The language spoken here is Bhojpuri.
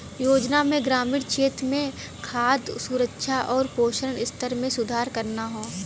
योजना में ग्रामीण क्षेत्र में खाद्य सुरक्षा आउर पोषण स्तर में सुधार करना हौ